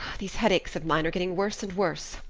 these headaches of mine are getting worse and worse.